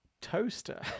Toaster